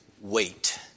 wait